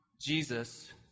Jesus